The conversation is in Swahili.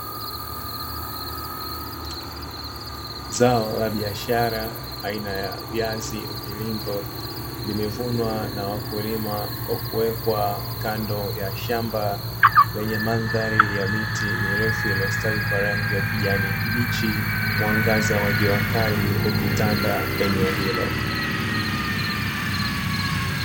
Zao la biashara aina ya viazi mviringo limevunwa na wakulima kwa kuwekwa kando ya shamba lenye mandhari ya miti mirefu iliyostawi kwa rangi ya kijani kibichi, mwangaza wa jua kali ukitanda eneo hilo.